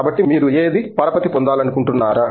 కాబట్టి మీరు ఏది పరపతి పొందాలనుకుంటున్నారా